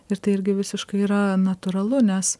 ir tai irgi visiškai yra natūralu nes